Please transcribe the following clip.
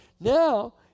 Now